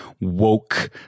woke